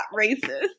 racist